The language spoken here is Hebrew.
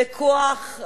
בכוח,